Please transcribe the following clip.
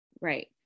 Right